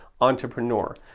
entrepreneur